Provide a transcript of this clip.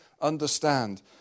understand